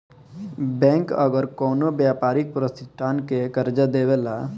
bank अगर कवनो व्यापारिक प्रतिष्ठान के कर्जा देवेला